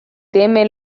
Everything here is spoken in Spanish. teme